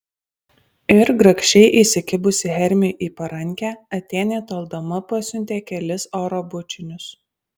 ir grakščiai įsikibusi hermiui į parankę atėnė toldama pasiuntė kelis oro bučinius